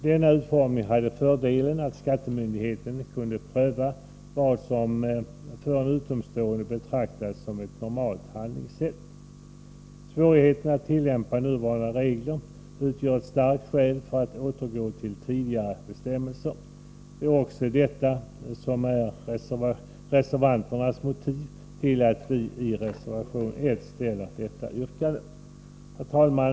Denna utformning hade fördelen att skattemyndigheten kunde pröva vad som för en utomstående betraktades som ett normalt handlingssätt. Svårigheterna att tillämpa nuvarande regler utgör ett starkt skäl för att återgå till tidigare bestämmelser. Det är också detta som är reservanternas motiv för att i reservation 1 framställa sitt yrkande. Herr talman!